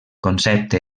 concepte